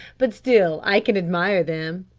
but still i can admire them.